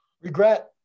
Regret